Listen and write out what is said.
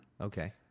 Okay